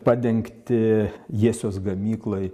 padengti jiesios gamyklai